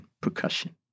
percussion